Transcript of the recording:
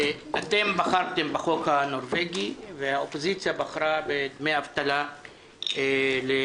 אתם בחרתם בחוק הנורווגי והאופוזיציה בחרה בדמי אבטלה לעצמאים,